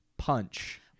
Punch